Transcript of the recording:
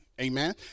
amen